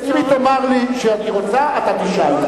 אם היא תאמר לי: אני רוצה, אתה תשאל.